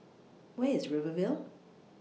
Where IS Rivervale